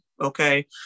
Okay